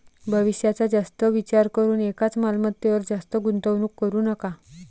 भविष्याचा जास्त विचार करून एकाच मालमत्तेवर जास्त गुंतवणूक करू नका